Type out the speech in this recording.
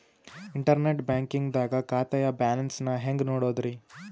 Internet banking ದಾಗ ಖಾತೆಯ balance ನ ಹೆಂಗ್ ನೋಡುದ್ರಿ?